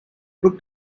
booked